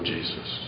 Jesus